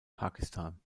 pakistan